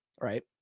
right